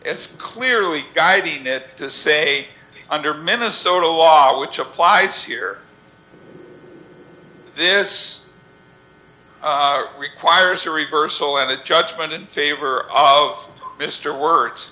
as clearly guiding it to say under minnesota law which applies here this requires a reversal and a judgment in favor of mr words